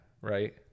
Right